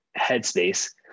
headspace